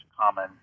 common